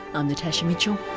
i'm natasha mitchell,